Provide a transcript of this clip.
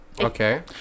Okay